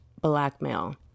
blackmail